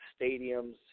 stadiums